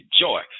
joy